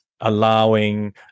allowing